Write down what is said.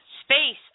space